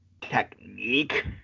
technique